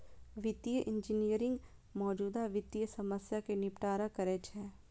वित्तीय इंजीनियरिंग मौजूदा वित्तीय समस्या कें निपटारा करै छै